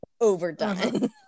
overdone